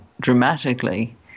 dramatically